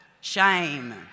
Shame